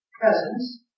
Presence